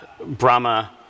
Brahma